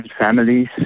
families